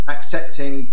Accepting